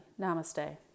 Namaste